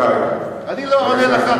אני לא עונה לך,